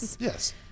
Yes